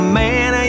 man